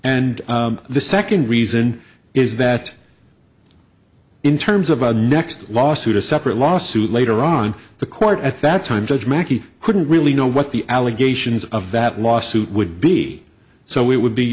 and the second reason is that in terms of a next lawsuit a separate lawsuit later on the court at that time judge mackey couldn't really know what the allegations of that lawsuit would be so we would be